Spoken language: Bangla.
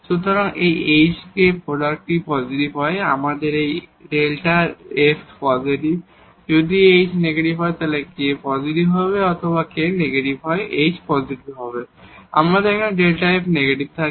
সুতরাং এখানে এই hk যদি এই প্রোডাক্টটি পজিটিভ হয় আমাদের এই Δ f পজিটিভ যদি এই h নেগেটিভ হয় এবং k পজিটিভ হয় অথবা k নেগেটিভ হয় h পজিটিভ হয় আমাদের Δ f নেগেটিভ থাকে